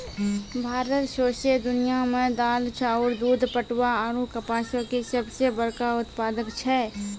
भारत सौंसे दुनिया मे दाल, चाउर, दूध, पटवा आरु कपासो के सभ से बड़का उत्पादक छै